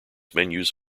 menus